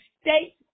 state